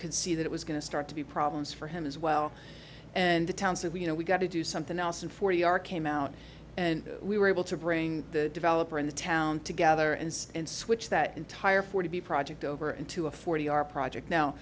could see that it was going to start to be problems for him as well and the towns that we you know we got to do something else and forty are came out and we were able to bring the developer in the town together and and switch that entire forty project over into a forty our project now